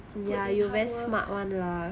put in hard work